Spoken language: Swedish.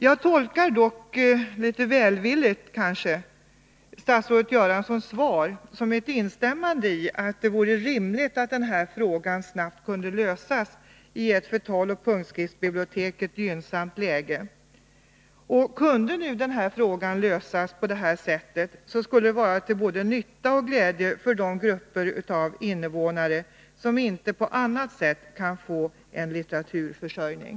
Jag tolkar dock, kanske litet välvilligt, statsrådet Göranssons svar som ett instämmande i att det vore rimligt att det här problemet snabbt kunde lösas på ett för taloch punktskriftsbiblioteket gynnsamt sätt. Det skulle vara till både nytta och glädje för de grupper av invånare som inte på annat sätt kan få någon litteraturförsörjning.